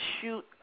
shoot